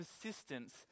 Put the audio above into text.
persistence